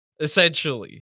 essentially